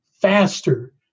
faster